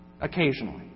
Occasionally